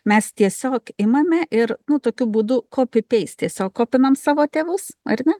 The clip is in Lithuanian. mes tiesiog imame ir nu tokiu būdu copy paste tiesiog kopinam savo tėvus ar ne